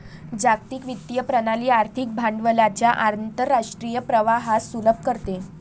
जागतिक वित्तीय प्रणाली आर्थिक भांडवलाच्या आंतरराष्ट्रीय प्रवाहास सुलभ करते